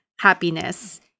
happiness